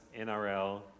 NRL